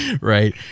right